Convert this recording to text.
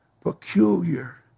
peculiar